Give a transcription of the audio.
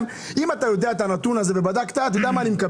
אם אתה יודע את הנתון הזה ובדקת, אני מקבל.